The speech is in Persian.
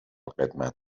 قدمت